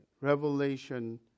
revelation